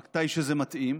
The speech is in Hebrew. מתי שזה מתאים,